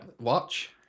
Watch